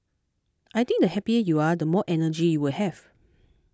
I think the happier you are the more energy you will have